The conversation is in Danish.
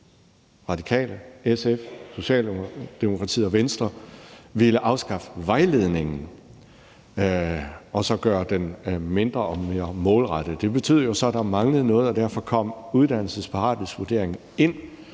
Venstre, SF, Socialdemokratiet og Venstre ville afskaffe vejledningen og gøre den mindre omfangsrig og mere målrettet. Det betød jo så, at der manglede noget, og derfor kom uddannelsesparathedsvurderingen ind.